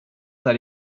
that